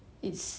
it's more like